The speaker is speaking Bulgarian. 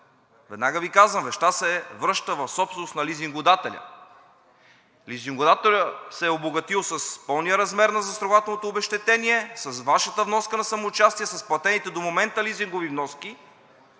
Веднага Ви казвам: вещта се връща в собственост на лизингодателя. Лизингодателят се е обогатил с пълния размер на застрахователното обезщетение, с Вашата вноска на самоучастие, с платените до момента лизингови вноски